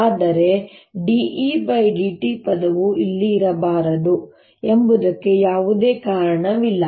ಆದರೆ dE dt ಪದವು ಇಲ್ಲಿ ಇರಬಾರದು ಎಂಬುದಕ್ಕೆ ಯಾವುದೇ ಕಾರಣವಿಲ್ಲ